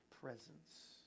presence